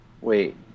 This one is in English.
Wait